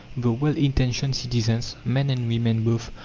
the well-intentioned citizens, men and women both,